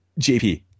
JP